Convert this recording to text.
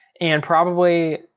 and probably,